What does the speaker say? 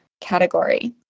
category